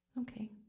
Okay